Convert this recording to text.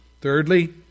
Thirdly